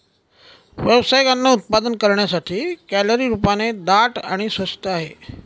व्यावसायिक अन्न उत्पादन करण्यासाठी, कॅलरी रूपाने दाट आणि स्वस्त आहे